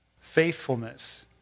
faithfulness